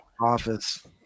office